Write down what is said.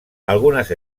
algunes